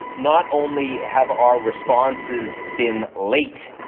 not only have our responses been late,